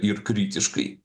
ir kritiškai